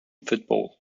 football